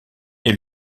est